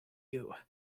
you